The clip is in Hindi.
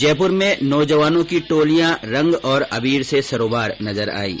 जयपुर में नौजवानों की टोलियां रंग और अबीर से सराबोर नजर आईं